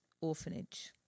orphanage